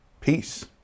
Peace